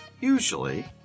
usually